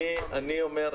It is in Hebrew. אני אומר,